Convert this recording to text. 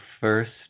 first